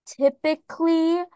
typically